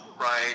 right